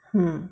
mm